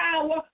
power